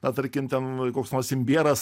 na tarkim ten koks nors imbieras